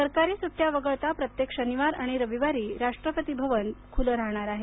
सरकारी सुड्ट्या वगळता प्रत्येक शनिवार आणि रविवारी राष्ट्रपती भवन खुलं राहणार आहे